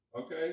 Okay